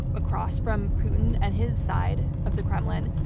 across from putin and his side of the kremlin,